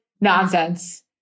nonsense